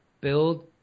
build